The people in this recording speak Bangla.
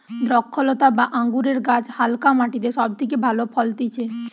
দ্রক্ষলতা বা আঙুরের গাছ হালকা মাটিতে সব থেকে ভালো ফলতিছে